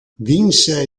vinse